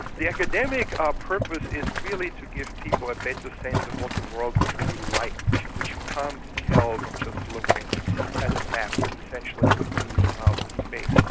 the academic ah purpose is really to give people a better sense of what the world was really like, which you can't tell from just looking at a map that's essentially the view from outer space,